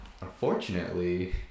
unfortunately